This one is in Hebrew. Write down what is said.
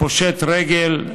פושט רגל,